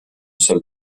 seul